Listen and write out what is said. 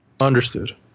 understood